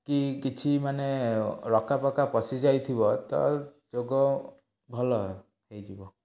କି କିଛି ମାନେ ରକା ଫକା ପଶିଯାଇଥିବ ତ ଯୋଗ ଭଲ ହୋଇଯିବ